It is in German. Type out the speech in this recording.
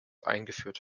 eingeführt